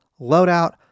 loadout